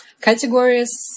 categories